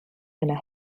and